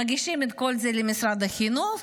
מגישים את כל זה למשרד החינוך,